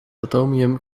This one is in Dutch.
atomium